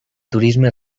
turisme